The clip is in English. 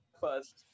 first